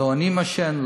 לא אני מעשן,